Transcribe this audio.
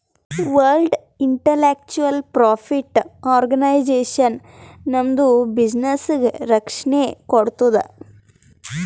world intellectual property organisation ನಮ್ದು ಬಿಸಿನ್ನೆಸ್ಗ ರಕ್ಷಣೆ ಕೋಡ್ತುದ್